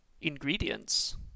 ingredients